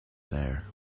there